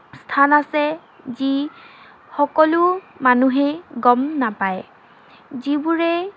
স্থান আছে যি সকলো মানুহেই গম নাপায় যিবোৰে